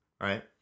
Right